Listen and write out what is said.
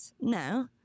no